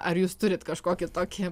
ar jūs turit kažkokį tokį